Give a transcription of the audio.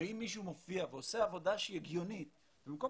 אם מישהו מופיע ועושה עבודה שהיא הגיונית